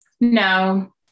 No